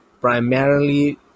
primarily